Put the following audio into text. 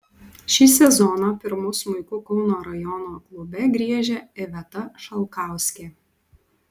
šį sezoną pirmu smuiku kauno rajono klube griežia iveta šalkauskė